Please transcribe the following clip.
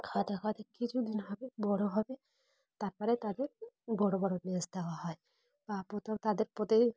খাওয়া খাওয়াতে কিছু দিন হবে বড়ো হবে তারপরে তাদের বড়ো বড় মেজ দেওয়া হয় বা প্রথাও তাদের প্রতিদিন